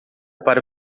para